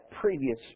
previous